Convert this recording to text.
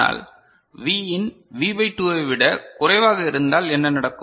ஆனால் Vin V பை 2 ஐ விடக் குறைவாக இருந்தால் என்ன நடக்கும்